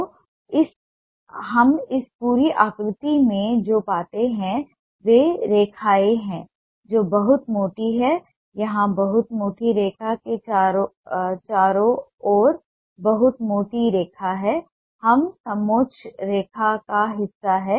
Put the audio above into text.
तो हम इस पूरी आकृति में जो पाते हैं वे रेखाएँ हैं जो बहुत मोटी हैं यहाँ बहुत मोटी रेखा के चारों ओर बहुत मोटी रेखा है यह समोच्च रेखा का हिस्सा है